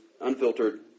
unfiltered